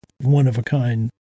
one-of-a-kind